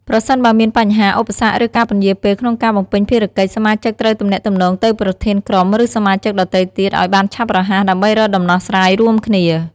ប្រសិនបើមានបញ្ហា ឧបសគ្គ ឬការពន្យារពេលក្នុងការបំពេញភារកិច្ច សមាជិកត្រូវទំនាក់ទំនងទៅប្រធានក្រុម ឬសមាជិកដទៃទៀតឱ្យបានឆាប់រហ័ស ដើម្បីរកដំណោះស្រាយរួមគ្នា។